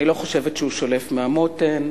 אני לא חושבת שהוא שולף מהמותן,